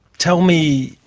tell me,